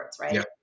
right